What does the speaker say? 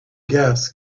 gas